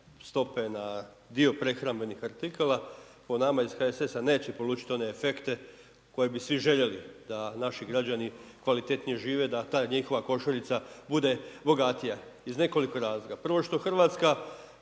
stope na dio prehrambenih artikala po nama iz HSS-a neće polučit one efekte koje bi svi željeli da naši građani kvalitetnije žive, da ta njihova košuljica bude bogatija iz nekoliko razloga. Prvo što Hrvatska